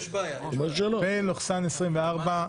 התשפ"א-2021 (פ/1986/24),